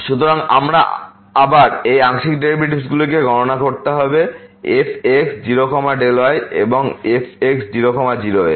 সুতরাং আমাদের আবার এই আংশিক ডেরিভেটিভগুলিকে গণনা করতে হবে fx0y এবং fx0 0এ